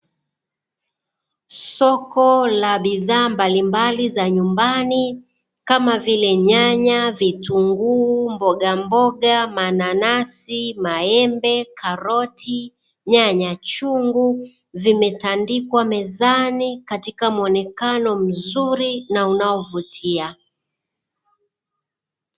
Soko la bidhaa mbalimbali za nyumbani kama vile; nyanya, vitunguu, mbogamboga, mananasi, maembe, karoti, nyanya chungu na kadhalika, zimetandikwa mezani katika muonekano mzuri na unaovutia.